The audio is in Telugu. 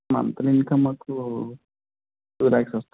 మంత్లీ ఇన్కమ్ మాకు టూ లాక్స్ వస్తుంది